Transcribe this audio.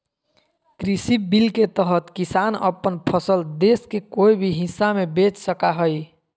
कृषि बिल के तहत किसान अपन फसल देश के कोय भी हिस्सा में बेच सका हइ